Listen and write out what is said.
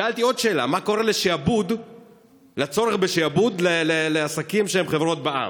שאלתי עוד שאלה: מה קורה לצורך בשעבוד לעסקים שהם חברות בע"מ?